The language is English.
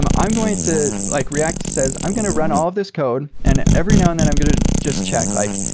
i'm i'm going to like react says, i'm going to run all of this code, and every now and then i'm going to just check, like,